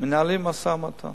מנהלים משא-ומתן